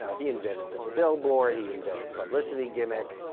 so he invented the billboard, he invented the publicity gimmick.